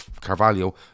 Carvalho